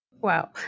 Wow